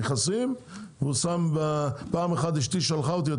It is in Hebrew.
נכנסים והוא שם פעם אחת אשתי שלחה אותי,